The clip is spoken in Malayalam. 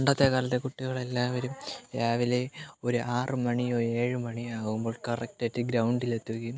പണ്ടത്തെ കാലത്ത് കുട്ടികളെല്ലാവരും രാവിലെ ഒരു ആറുമണിയോ ഏഴു മണിയോ ആകുമ്പോൾ കറക്റ്റായിട്ട് ഗ്രൗണ്ടിൽ എത്തുകയും